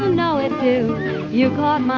know it too you caught my